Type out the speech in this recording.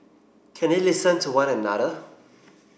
can they listen to one another